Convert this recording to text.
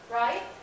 right